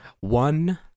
One